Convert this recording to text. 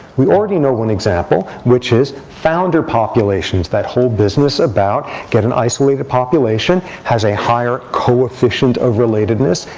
we already know one example, which is founder populations, that whole business about get an isolated population has a higher coefficient of relatedness,